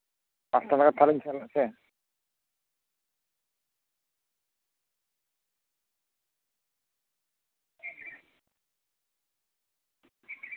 ᱯᱟᱸᱪᱴᱟ ᱱᱟᱜᱟᱫ ᱥᱮᱫ ᱛᱟᱦᱚᱞᱟ ᱞᱤᱧ ᱥᱮᱱᱚᱜᱼᱟ ᱥᱮ ᱪᱮᱫ